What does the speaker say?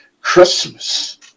Christmas